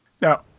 Now